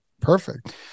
perfect